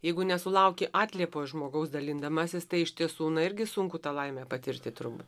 jeigu nesulauki atliepo iš žmogaus dalindamasis tai iš tiesų irgi sunku tą laimę patirti turbūt